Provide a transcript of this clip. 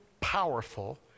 powerful